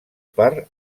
per